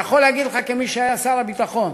אני יכול להגיד לך, כמי שהיה שר הביטחון,